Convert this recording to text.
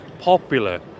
popular